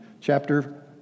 Chapter